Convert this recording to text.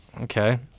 Okay